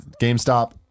GameStop